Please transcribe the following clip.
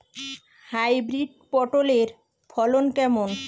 Hybrid পটলের ফলন কেমন?